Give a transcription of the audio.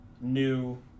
new